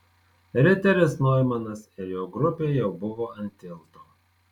riteris noimanas ir jo grupė jau buvo ant tilto